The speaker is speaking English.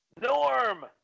Norm